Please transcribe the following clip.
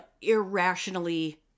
irrationally